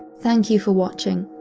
thank you for watching.